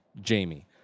Jamie